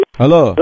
Hello